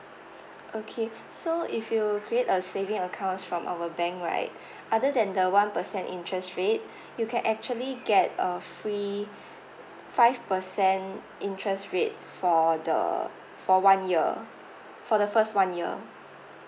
okay so if you will create a saving accounts from our bank right other than the one percent interest rate you can actually get a free five percent interest rate for the for one year for the first one year